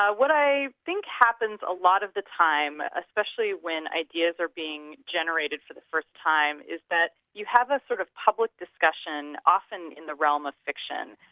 what i think happens a lot of the time, especially when ideas are being generated for the first time, is that you have a sort of public discussion, often in the realm of fiction,